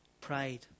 Pride